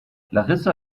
larissa